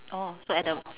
orh so at the